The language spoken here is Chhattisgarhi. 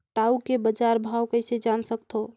टाऊ के बजार भाव कइसे जान सकथव?